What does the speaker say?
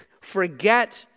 forget